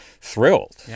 thrilled